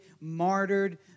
martyred